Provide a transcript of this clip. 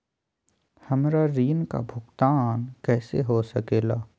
हमरा ऋण का भुगतान कैसे हो सके ला?